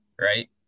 right